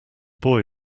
boy